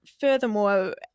furthermore